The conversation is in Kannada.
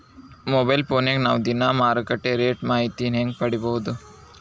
ಮೊಬೈಲ್ ಫೋನ್ಯಾಗ ನಾವ್ ದಿನಾ ಮಾರುಕಟ್ಟೆ ರೇಟ್ ಮಾಹಿತಿನ ಹೆಂಗ್ ಪಡಿಬೋದು?